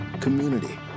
community